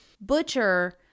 Butcher